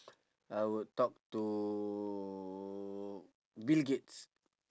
I would talk to bill gates